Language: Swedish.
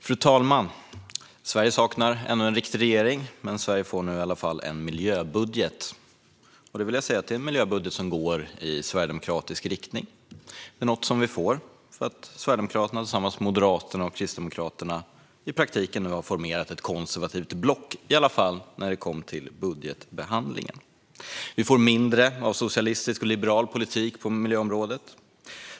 Fru talman! Sverige saknar fortfarande en riktig regering, men Sverige får nu i alla fall en miljöbudget. Jag vill säga att det är en miljöbudget som går i sverigedemokratisk riktning. Det är något som vi får för att Sverigedemokraterna tillsammans med Moderaterna och Kristdemokraterna i praktiken nu har formerat ett konservativt block, i alla fall när det kommer till budgetbehandlingen. Vi får mindre av socialistisk och liberal politik på miljöområdet.